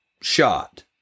shot